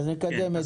נקדם את